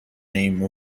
name